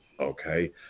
Okay